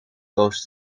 roos